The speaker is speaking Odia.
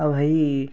ଆଉ ଭାଇ